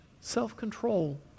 self-control